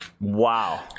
Wow